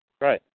Right